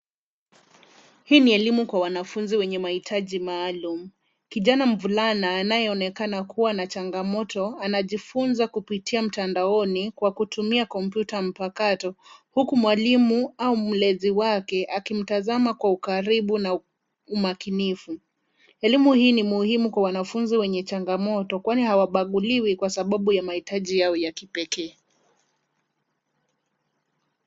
Hii ni elimu kwa wanafunzi wenye mahitaji maalum. Kijana mvulana anayeonekana kuwa na changamoto anajifunza kupitia mtandaoni kwa kutumia kompyuta mpakato huku mwalimu au mlezi wake akimtazama kwa ukaribu na umakinifu. Elimu hii ni muhimu kwa wanafunzi wenye changamoto kwani hawabaguliwi kwa sababu ya mahitaji yao ya kipekee.